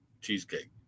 cheesecake